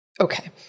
Okay